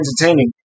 entertaining